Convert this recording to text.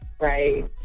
Right